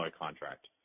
contract